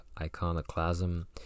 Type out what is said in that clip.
iconoclasm